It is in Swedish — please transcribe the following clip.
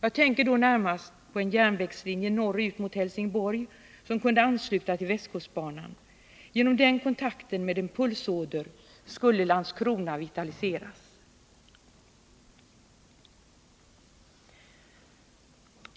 Jag tänker då närmast på en järnvägslinje norrut mot Helsingborg som kunde ansluta till västkustbanan. Genom den kontakten med en pulsåder skulle Landskrona vitaliseras.